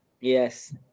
Yes